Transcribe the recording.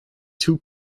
too